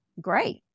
great